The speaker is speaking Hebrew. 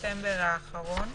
בספטמבר האחרון,